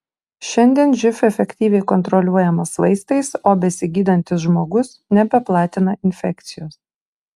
šiandien živ efektyviai kontroliuojamas vaistais o besigydantis žmogus nebeplatina infekcijos